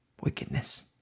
Wickedness